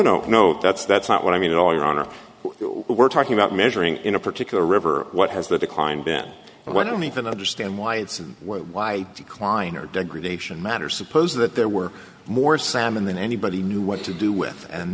no no that's that's not what i mean at all your honor we're talking about measuring in a particular river what has that declined then and i don't even understand why it's why decline or degradation matters suppose that there were more salmon than anybody knew what to do with and